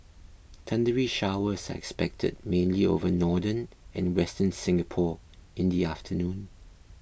thundery showers are expected mainly over northern and western Singapore in the afternoon